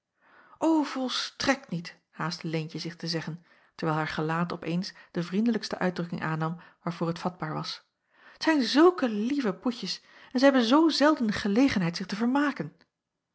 volstrekt niet haastte leentje zich te zeggen terwijl haar gelaat op eens de vriendelijkste uitdrukking aannam waarvoor het vatbaar was t zijn zulke lieve poetjes en zij hebben zoo zelden gelegenheid zich te vermaken